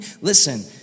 Listen